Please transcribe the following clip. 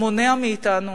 מונע מאתנו,